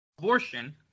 abortion